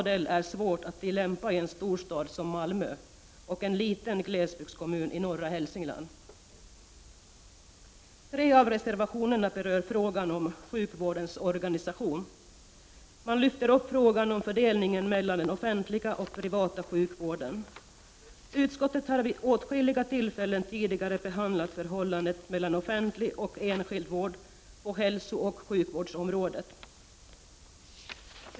Det är svårt att tillämpa samma modell i en storstad som Malmö och en liten glesbygdskommun i norra Hälsingland. Tre av reservationerna berör frågan om sjukvårdens organisation. Man lyfter fram frågan om fördelningen mellan den offentliga och privata sjukvården. Utskottet har vid åtskilliga tillfällen tidigare behandlat förhållandet mellan offentlig och enskild vård på hälsooch sjukvårdsområdet.